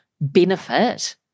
benefit